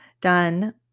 done